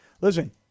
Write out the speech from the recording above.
listen